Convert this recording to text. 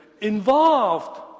involved